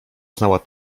znała